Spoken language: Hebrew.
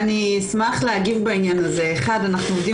אני מצטערת להגיד את זה אבל להעביר